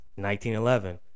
1911